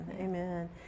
Amen